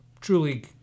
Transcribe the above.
truly